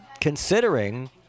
considering